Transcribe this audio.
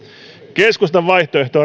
keskustan vaihtoehto